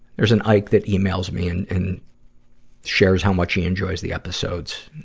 there's an ike that emails me and, and shares how much he enjoys the episodes.